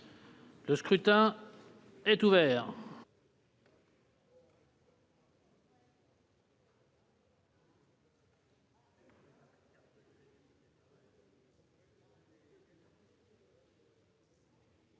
Le scrutin est ouvert.